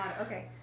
Okay